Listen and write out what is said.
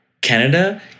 Canada